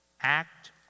act